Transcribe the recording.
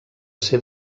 ser